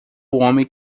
homem